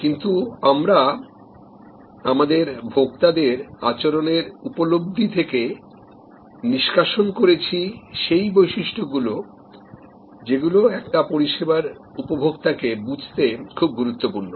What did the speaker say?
কিন্তু আমরা আমাদের ভোক্তাদের আচরণের উপলব্ধি থেকে খুঁজে বের করেছি সেই বৈশিষ্ট্য গুলো যেগুলো একটা পরিষেবার উপভোক্তা কে বুঝতে খুব গুরুত্বপূর্ণ